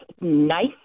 nice